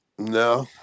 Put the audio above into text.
No